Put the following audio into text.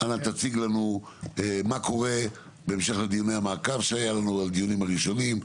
אנא תציג לנו מה קורה בהמשך לדיוני המעקב שהיה לנו על הדיונים הראשונים.